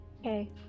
Okay